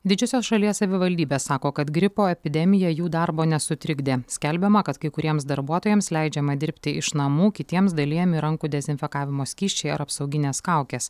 didžiosios šalies savivaldybės sako kad gripo epidemija jų darbo nesutrikdė skelbiama kad kai kuriems darbuotojams leidžiama dirbti iš namų kitiems dalijami rankų dezinfekavimo skysčiai ar apsauginės kaukės